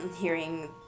hearing